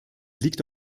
liegt